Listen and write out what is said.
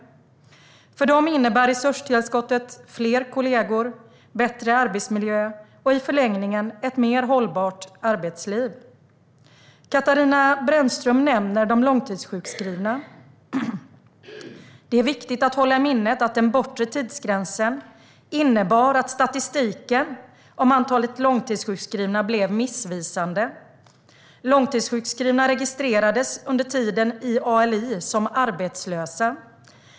För dem innebär resurstillskottet fler kollegor, bättre arbetsmiljö och i förlängningen ett mer hållbart arbetsliv. Katarina Brännström nämner de långtidssjukskrivna. Det är viktigt att hålla i minnet att den bortre tidsgränsen innebar att statistiken över antalet långtidssjukskrivna blev missvisande. Långtidssjukskrivna registrerades under tiden i ALI som arbetslösa.